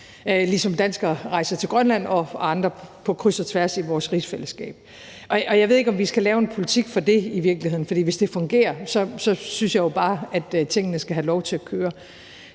for danskere, der rejser til Grønland, og for andre, der rejser på kryds og tværs i vores rigsfællesskab. Jeg ved ikke, om vi i virkeligheden skal lave en politik for det, for hvis det fungerer, synes jeg jo bare, at tingene skal have lov til at køre.